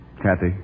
Kathy